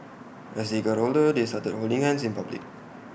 as they got older they started holding hands in public